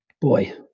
boy